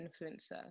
influencer